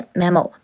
Memo